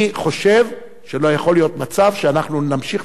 אני חושב שלא יכול להיות מצב שאנחנו נמשיך